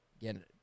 Again